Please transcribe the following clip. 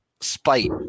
spite